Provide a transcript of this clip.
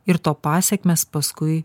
ir to pasekmes paskui